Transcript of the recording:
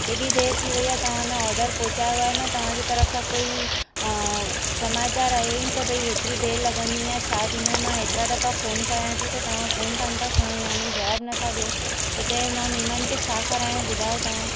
एॾी देरि थी वई आहे तव्हां न ऑडर पहुचायो आहे न तव्हांजी तरफ़ सां कोई अ समाचार आहे की भाई एतिरी देरि लॻंदी या छा थींदो मां एतिरा दफ़ा फ़ोन कया थी तव्हां फ़ोन कोन्ह था खणो या हुन जी जवाब नथा ॾियो हिते मां महिमान खे छा खाराया ॿुधायो तव्हां